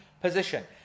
position